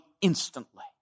instantly